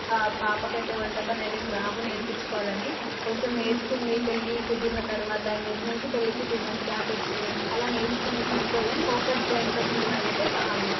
పాపకైతే వంట పని అవేం రావు నేర్పించుకోవాలని కొంచం నేర్చుకుంది పెళ్ళి కుదిరిన తరువాత ఎంగేజ్మెంట్కి పెళ్ళికి టూ మంత్స్ గ్యాప్ వచ్చింది అలా నేర్చుకుంది కొన్ని కొన్ని కానీ పర్ఫెక్ట్గా ఇంతకు ముందులాగైతే కాదు